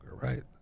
right